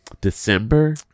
december